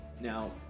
Now